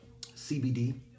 CBD